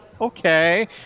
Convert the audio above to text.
Okay